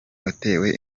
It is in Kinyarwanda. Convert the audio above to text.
watewe